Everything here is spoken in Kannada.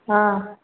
ಹಾಂ